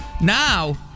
Now